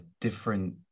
different